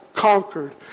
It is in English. conquered